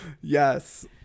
Yes